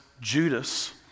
Judas